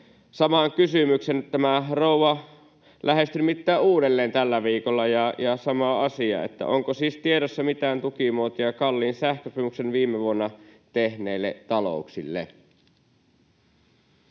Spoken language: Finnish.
saman kysymyksen. Nyt tämä rouva lähestyi nimittäin uudelleen tällä viikolla, ja asia oli sama. Onko siis tiedossa mitään tukimuotoja kalliin sähkösopimuksen viime vuonna tehneille talouksille?